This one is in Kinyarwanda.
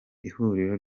ihuriro